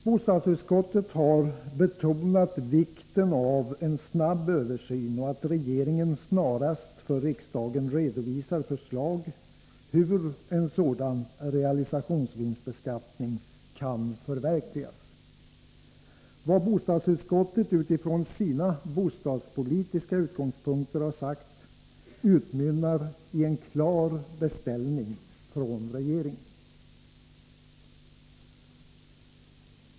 Bostadsutskottet har betonat vikten av en snabb översyn och av att regeringen snarast för riksdagen redovisar förslag om hur en sådan realisationsvinstbeskattning kan förverkligas. Vad bostadsutskottet utifrån sina bostadspolitiska utgångspunkter har sagt utmynnar i en klar beställning hos regeringen.